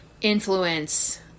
influence